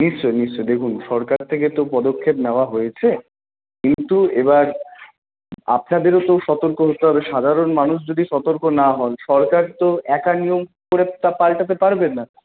নিশ্চই নিশ্চই দেখুন সরকার থেকে তো পদক্ষেপ নেওয়া হয়েছে কিন্তু এবার আপনাদেরও তো সতর্ক হতে হবে সাধারণ মানুষ যদি সতর্ক না হন সরকার তো একা নিয়ম করে তা পালটাতে পারবে না